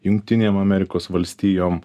jungtinėm amerikos valstijom